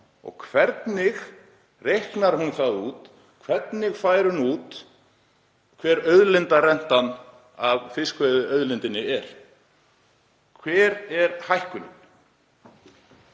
og hvernig reiknar hún það út, hvernig fær hún út hver auðlindarentan af fiskveiðiauðlindinni er? Hver er hækkunin?